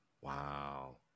Wow